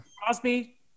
Crosby